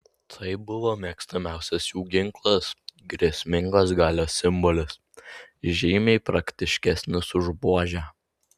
tai buvo mėgstamiausias jų ginklas grėsmingas galios simbolis žymiai praktiškesnis už buožę